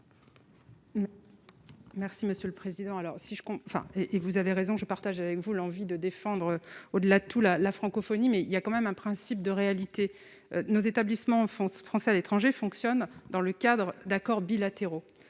je comprends enfin et vous avez raison, je partage avec vous l'envie de défendre au-delà tout la la francophonie mais il y a quand même un principe de réalité nos établissements France français à l'étranger, fonctionne dans le cadre d'accords bilatéraux,